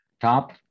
top